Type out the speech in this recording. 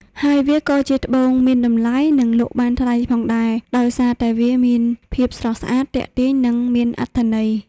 ហើយវាក៏ជាត្បូងមានតម្លៃនិងលក់បានថ្លៃផងដែរ ដោយសារតែវាមានភាពស្រស់ស្អាត ទាក់ទាញនិងមានអត្ថន័យ។